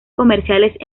comerciales